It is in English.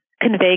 convey